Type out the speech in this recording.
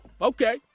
okay